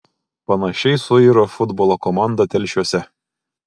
panašiai suiro futbolo komanda telšiuose